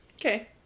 Okay